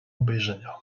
obejrzenia